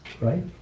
right